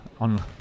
on